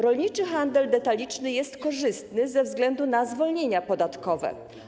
Rolniczy handel detaliczny jest korzystny ze względu na zwolnienia podatkowe.